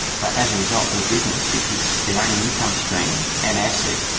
but as a result their business, which was their only income stream and asset,